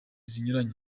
zinyuranye